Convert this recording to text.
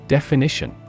Definition